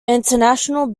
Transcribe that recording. international